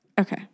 Okay